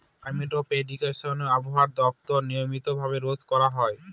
climate prediction আবহাওয়া দপ্তর নিয়মিত ভাবে রোজ করা হয়